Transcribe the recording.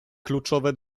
kluczowe